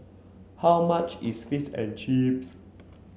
how much is Fish and Chips